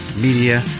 Media